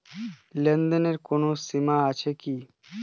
লেনদেনের কোনো সীমা আছে কি?